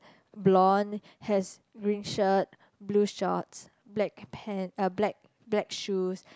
blonde has green shirt blue shorts black pant uh black black shoes